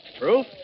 proof